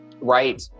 right